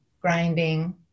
grinding